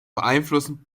beeinflussen